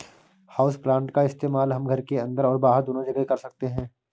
houseplant का इस्तेमाल हम घर के अंदर और बाहर दोनों जगह कर सकते हैं